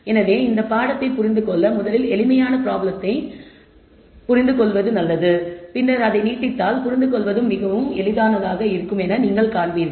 எனவே பாடத்தை புரிந்து கொள்ள முதலில் எளிமையான ப்ராப்ளத்தை முழுமையாகப் புரிந்துகொள்வது நல்லது பின்னர் அதை நீட்டித்தால் புரிந்துகொள்வது மிகவும் எளிதானது என்பதை நீங்கள் காண்பீர்கள்